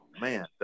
man